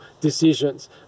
decisions